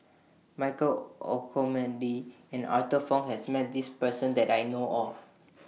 Michael Olcomendy and Arthur Fong has Met This Person that I know of